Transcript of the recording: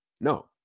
no